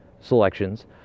selections